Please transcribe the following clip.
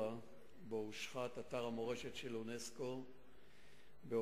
שבו הושחת אתר מורשת של אונסק"ו בעבדת.